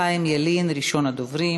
חבר הכנסת חיים ילין, ראשון הדוברים.